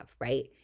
right